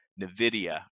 NVIDIA